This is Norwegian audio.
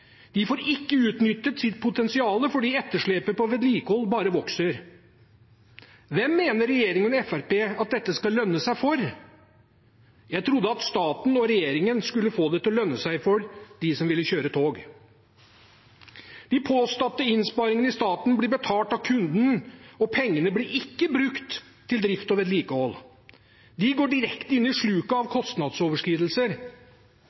De får ikke utnyttet sitt potensial fordi etterslepet på vedlikehold bare vokser. Hvem mener regjeringen og Fremskrittspartiet at dette skal lønne seg for? Jeg trodde at staten og regjeringen skulle få det til å lønne seg for dem som ville kjøre tog. De påståtte innsparingene i staten blir betalt av kunden, og pengene blir ikke brukt til drift og vedlikehold. De går direkte inn i sluket av